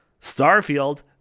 Starfield